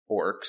orcs